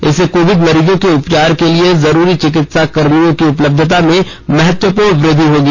इससे कोविड मरीजों के उपचार के लिए जरूरी चिकित्सा कर्मियों की उपलब्धता में महत्वपूर्ण वृद्धि होगी